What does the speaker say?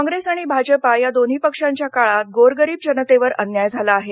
कॉप्रेस आणि भाजपा या दोन्ही पक्षांच्या काळात गोरगरीब जनतेवर अन्याय झाला आहे